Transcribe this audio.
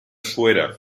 suera